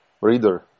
reader